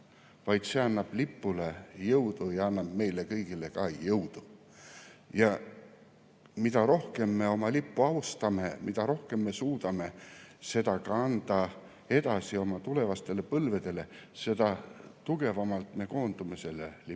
vaid annab lipule jõudu ja annab meile kõigile jõudu. Mida rohkem me oma lippu austame, mida rohkem me suudame seda edasi anda oma tulevastele põlvedele, seda tugevamalt me koondume selle lipu